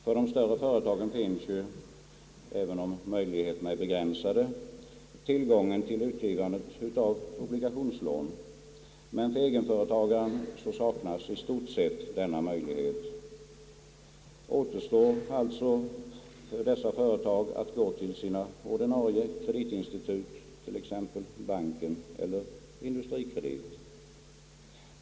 För de större före tagen finns ju, även om möjligheterna är begränsade, tillgången till utgivandet av obligationslån, men för egenföretagaren saknas i stort sett denna möjlighet. Återstår alltså för dessa företag att gå till sina ordinarie kreditinstitut, t.ex. banken eller Industrikredit.